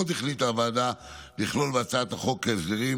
עוד החליטה הוועדה לכלול בהצעת החוק הסדרים